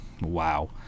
Wow